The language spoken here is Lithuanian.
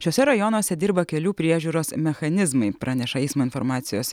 šiuose rajonuose dirba kelių priežiūros mechanizmai praneša eismo informacijos